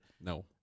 No